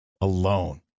alone